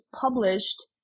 published